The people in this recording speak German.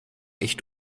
echt